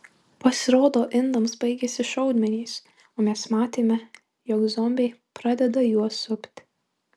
pasirodo indams baigėsi šaudmenys o mes matėme jog zombiai pradeda juos supti